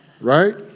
Right